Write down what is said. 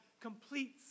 completes